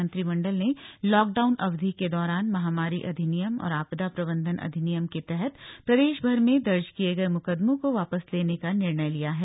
मंत्रिमंडल ने लॉकडाउन अवधि के दौरान महामारी अधिनियम और आपदा प्रबंधन अधिनियम के तहत प्रदेश भर में दर्ज किए गए मुकदमों को वापस लेने का निर्णय लिया है